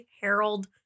Harold